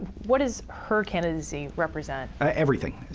what does her candidacy represent? everything.